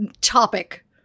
topic